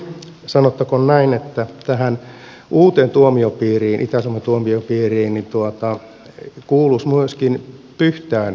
sanottakoon näin että tähän uuteen itä suomen tuomiopiiriin kuuluisi myöskin pyhtään kunta